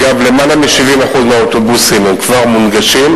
אגב, למעלה מ-70% מהאוטובוסים כבר מונגשים,